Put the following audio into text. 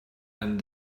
and